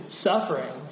suffering